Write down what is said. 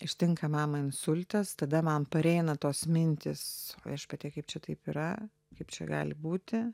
ištinka mamą insultas tada man pareina tos mintys o viešpatie kaip čia taip yra kaip čia gali būti